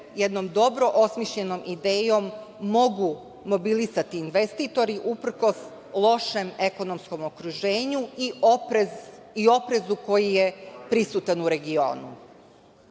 jednom dobro osmišljenom idejom mogu mobilisati investitori, uprkos lošem ekonomskom okruženju i oprezu koji je prisutan u regionu. Ono